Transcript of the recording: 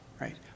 right